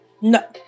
No